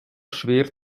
schwer